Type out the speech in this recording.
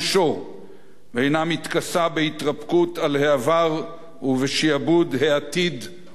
מתכסה בהתרפקות על העבר ובשעבוד העתיד לחרדות ההווה.